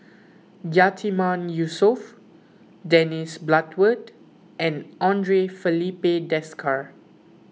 Yatiman Yusof Dennis Bloodworth and andre Filipe Desker